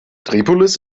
tripolis